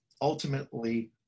Ultimately